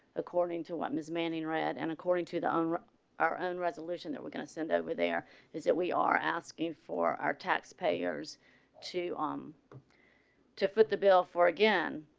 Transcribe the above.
according to what miss manning read and according to the own our own resolution, that we're gonna send over there is that we are asking for our taxpayers to um to foot the bill for again,